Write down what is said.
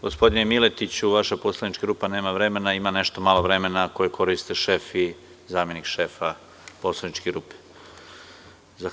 Gospodine Miletiću, vaša poslanička grupa nema više vremena, ima nešto malo vremena koje koristi šef i zamenik šefa poslaničke grupe.